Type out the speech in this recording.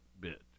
bit